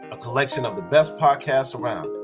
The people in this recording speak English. a collection of the best podcasts around.